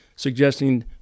suggesting